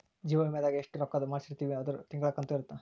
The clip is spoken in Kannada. ಜೀವ ವಿಮೆದಾಗ ಎಸ್ಟ ರೊಕ್ಕಧ್ ಮಾಡ್ಸಿರ್ತಿವಿ ಅದುರ್ ತಿಂಗಳ ಕಂತು ಇರುತ್ತ